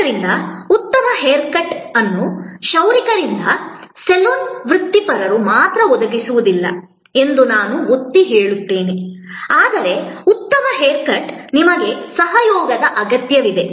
ಆದ್ದರಿಂದ ಉತ್ತಮ hair cut ಅನ್ನು ಕ್ಷೌರಿಕರಿಂದ ಸಲೂನ್ ವೃತ್ತಿಪರರು ಮಾತ್ರ ಒದಗಿಸುವುದಿಲ್ಲ ಎಂದು ನಾನು ಮತ್ತೆ ಒತ್ತಿ ಹೇಳುತ್ತೇನೆ ಆದರೆ ಉತ್ತಮ ಹೇರ್ ಕಟ್ ಗೆ ನಿಮ್ಮ ಸಹಯೋಗದ ಅಗತ್ಯವಿದೆ